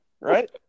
right